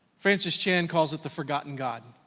francis chan calls it the forgotten god.